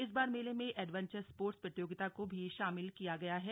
इस बार मेले में एडवेंचर स्पोर्ट्स प्रतियोगिता को भी शामिल किया गया है